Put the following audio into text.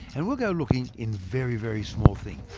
and we'll go looking in very, very small things.